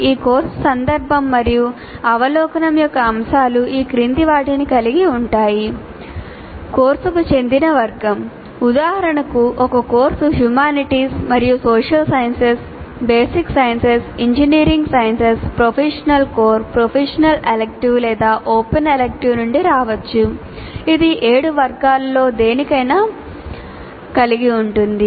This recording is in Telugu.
ఈ కోర్సు సందర్భం మరియు అవలోకనం యొక్క అంశాలు ఈ క్రింది వాటిని కలిగి ఉంటాయి కోర్సుకు చెందిన వర్గం ఉదాహరణకు ఒక కోర్సు హ్యుమానిటీస్ మరియు social sciences basic sciences engineering sciences professional core professional elective లేదా ఓపెన్ ఎలెక్టివ్ నుండి రావచ్చు ఇది ఈ 7 వర్గాలలో దేనినైనా కలిగి ఉంటుంది